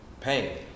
pain